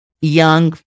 young